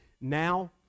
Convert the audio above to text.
now